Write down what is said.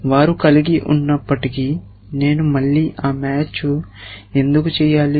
వారు కలిగి ఉన్నప్పటికీ నేను మళ్ళీ ఆ మ్యాచ్ ఎందుకు చేయాలి